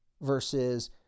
versus